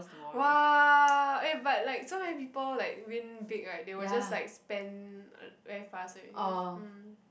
!wah! eh but like so many people like win big right they will just like spend I~ very fast right mm